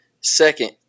Second